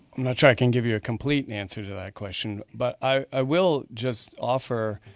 i'm not sure i can give you a complete answer to that question. but i will just offer